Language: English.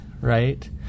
Right